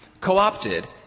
co-opted